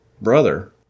brother